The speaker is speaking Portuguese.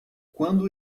quando